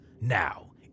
Now